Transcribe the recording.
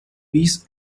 peace